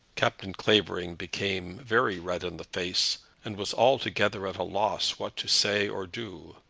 captain clavering became very red in the face, and was altogether at a loss what to say or do.